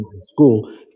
school